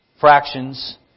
fractions